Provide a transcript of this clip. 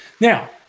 Now